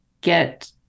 get